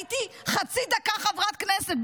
הייתי חצי דקה חברת כנסת,